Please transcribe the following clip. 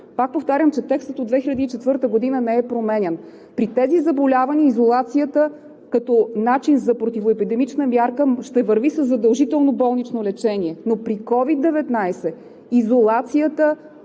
Пак повтарям, че текстът от 2004 г. не е променян. При тези заболявания изолацията като начин за противоепидемична мярка ще върви със задължително болнично лечение, но при COVID-19 изолацията